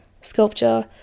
sculpture